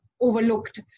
overlooked